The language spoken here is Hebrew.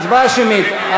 הצבעה שמית.